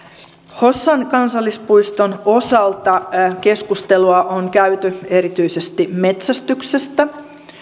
hossan kansallispuiston osalta keskustelua on käyty erityisesti metsästyksestä